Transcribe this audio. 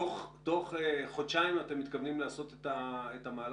תוך חודשיים אתם מתכוונים לעשות את המהלך